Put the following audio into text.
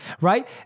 right